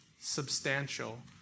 substantial